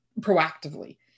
proactively